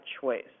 choice